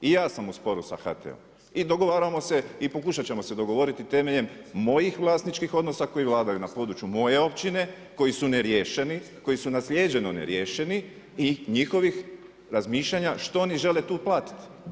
I ja sam u sporu sa HT-om i dogovaramo se i pokušat ćemo se dogovoriti temeljem mojih vlasničkih odnosa koji vladaju na području moje općine koji su neriješeni, koji su naslijeđeno neriješeni i njihovih razmišljanja što oni žele tu platiti.